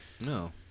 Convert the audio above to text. No